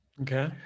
Okay